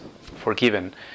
forgiven